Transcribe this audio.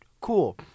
cool